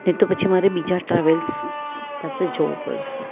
નહી તો પછી મારે બીજા ટ્રાવેલ્સ પાસે જવું પડશે